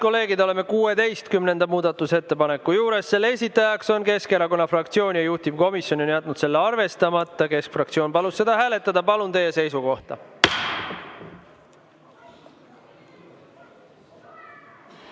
Head kolleegid, oleme 16. muudatusettepaneku juures. Selle esitaja on [Eesti] Keskerakonna fraktsioon ja juhtivkomisjon on jätnud arvestamata. Keskfraktsioon palub seda hääletada. Palun teie seisukohta!